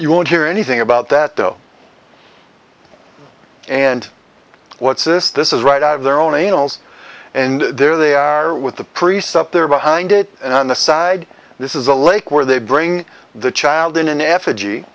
you won't hear anything about that though and what's this this is right out of their own nails and there they are with the priests up there behind it and on the side this is a lake where they bring the child in an effigy